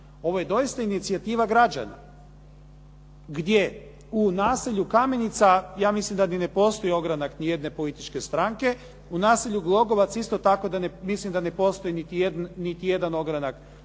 Ovo je doista inicijativa građana gdje u naselju Kamenica ja mislim da ni ne postoji ogranak nijedne političke stranke. U naselju Glogovac isto tako mislim da ne postoji niti jedan ogranak niti jedne političke stranke.